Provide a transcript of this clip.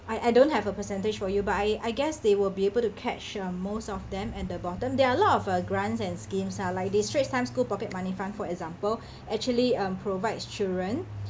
I I don't have a percentage for you but I I guess they will be able to catch um most of them at the bottom there are a lot of uh grants and schemes are like the straits times school pocket money fund for example actually um provides children